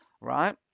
right